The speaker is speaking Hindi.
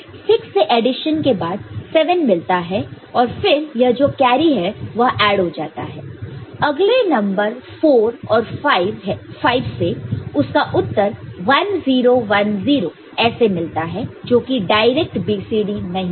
6 से एडिशन के बाद 7 मिलता है और फिर यह जो कैरी है वह ऐड हो जाता है अगले नंबर 4 और 5 से और उसका उत्तर 1 0 1 0 ऐसे मिलता है जोकि डायरेक्ट BCD नहीं है